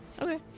Okay